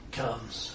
comes